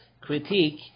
Critique